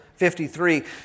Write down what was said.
53